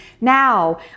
Now